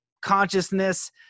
consciousness